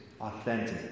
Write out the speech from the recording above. authentic